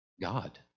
god